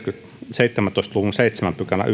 seitsemäntoista luvun seitsemännen pykälän